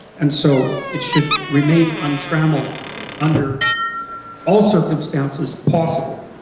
and so it should remain untrammeled under all circumstances possible,